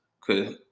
Cause